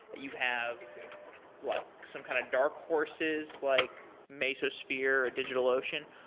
you have like some kind of dark horses, like mesosphere or digitalocean.